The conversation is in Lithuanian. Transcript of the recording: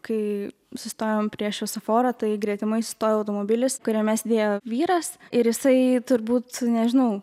kai sustojom prie šviesoforo tai gretimai sustojo automobilis kuriame sėdėjo vyras ir jisai turbūt nežinau